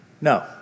No